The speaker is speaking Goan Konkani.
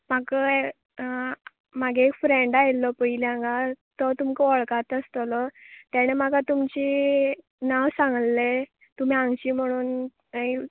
म्हाका एक म्हागें एक फ्रेंड आयल्लो पयलीं हांगा तो तुमकां वळखाता आसतलो तेणें म्हाका तुमची नांव सांगले तुमी हांगची म्हण